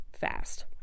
fast